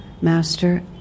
Master